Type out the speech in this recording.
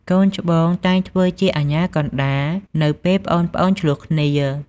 កូនច្បងតែងធ្វើជាអាជ្ញាកណ្ដាល នៅពេលប្អូនៗឈ្លោះគ្នា។